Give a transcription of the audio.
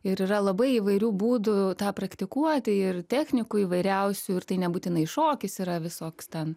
ir yra labai įvairių būdų tą praktikuoti ir technikų įvairiausių ir tai nebūtinai šokis yra visoks ten